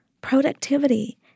productivity